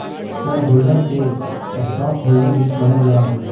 share holder के stockholder भी कहल जा हइ